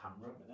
camera